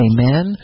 Amen